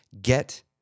Get